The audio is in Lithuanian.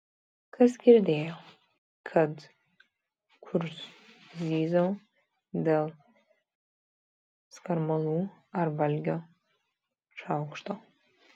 kas girdėjo kad kur zyziau dėl skarmalų ar valgio šaukšto